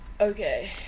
Okay